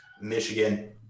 Michigan